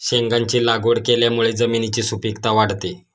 शेंगांची लागवड केल्यामुळे जमिनीची सुपीकता वाढते